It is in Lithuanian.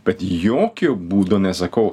bet jokiu būdu nesakau